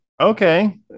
okay